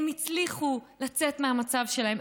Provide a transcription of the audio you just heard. הם הצליחו לצאת מהמצב שלהם,